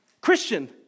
Christian